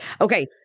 Okay